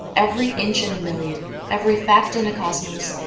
every inch in a million, every fact in a cosmos,